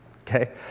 okay